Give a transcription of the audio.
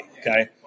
Okay